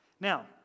Now